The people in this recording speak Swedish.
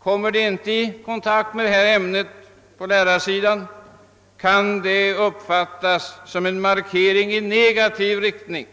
Kommer lärarkandidaterna inte i kontakt med ämnet kan det uppfattas som en markering i negativ riktning,